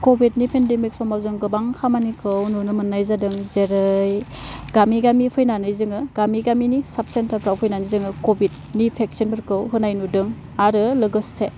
कभिडनि पेन्डामिक समाव जों गोबां खामानिखौ नुनो मोन्नाय जादों जेरै गामि गामि फैनानै जोङो गामि गामिनि साब सेन्टारफ्राव फैनानै जोङो कभिडनि भेकसिनफोरखौ होनाय नुदों आरो लोगोसे